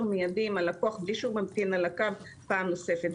מיידי עם הלקוח בלי שהוא ממתין על הקו פעם נוספת.